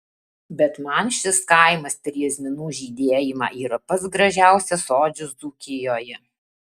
bet man šis kaimas per jazminų žydėjimą yra pats gražiausias sodžius dzūkijoje